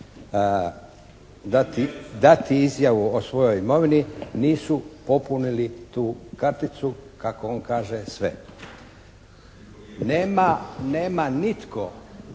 dati izjavu o svojoj imovini nisu popunili tu karticu kako on kaže sve. Nema nitko